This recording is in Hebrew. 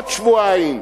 עוד שבועיים,